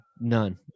none